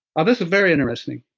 this is very interesting.